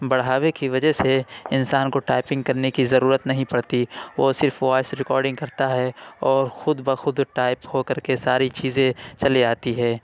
بڑھاوے کی وجہ سے انسان کو ٹائپنگ کرنے کی ضرورت نہیں پڑتی وہ صرف وائس ریکارڈنگ کرتا ہے اور خود بخود ٹائپ ہو کر کے ساری چیزیں چلی آتی ہے